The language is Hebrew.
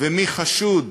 ומי חשוד